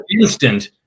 instant